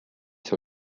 sur